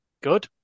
Good